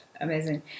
amazing